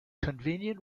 convenient